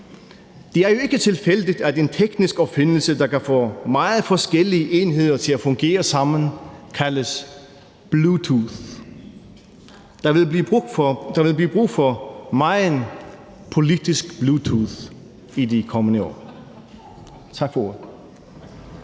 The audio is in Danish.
Det er jo ikke tilfældigt, at en teknisk opfindelse, der kan få meget forskellige enheder til at fungere sammen, kaldes bluetooth. Der vil blive brug for megen politisk bluetooth i de kommende år. Tak for ordet.